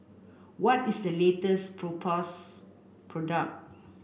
what is the latest Propass product